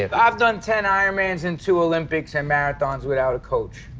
ah i've done ten iron mans and two olympics and marathons without a coach.